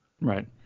Right